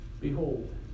behold